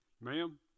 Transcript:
Ma'am